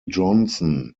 johnson